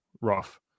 rough